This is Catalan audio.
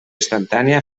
instantània